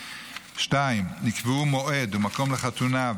2. נקבעו מועד ומקום לחתונה,